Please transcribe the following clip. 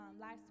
last